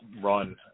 run